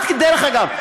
דרך אגב,